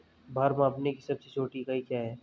भार मापने की सबसे छोटी इकाई क्या है?